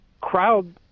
crowd